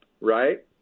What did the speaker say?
Right